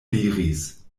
diris